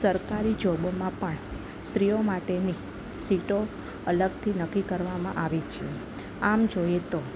સરકારી જોબોમાં પણ સ્ત્રીઓ માટેની સીટો અલગથી નક્કી કરવામાં આવી છે આમ જોઈએ તો